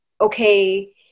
okay